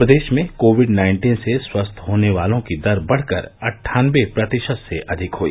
प्रदेश में COVID nineteen से स्वस्थ होने वालों की दर बढ़कर अट्ठानबे प्रतिशत से अधिक हुई